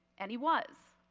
and he was.